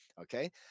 okay